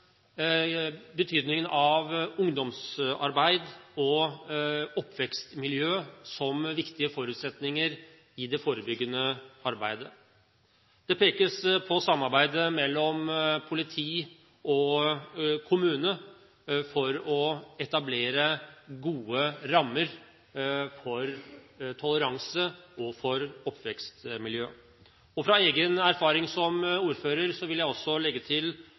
betydningen av ungdomsarbeid og oppvekstmiljø som viktige forutsetninger i det forebyggende arbeidet. Det pekes på samarbeidet mellom politi og kommune for å etablere gode rammer for toleranse og for oppvekstmiljø. Fra egen erfaring som ordfører vil jeg også legge til